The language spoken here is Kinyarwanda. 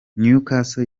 newcastle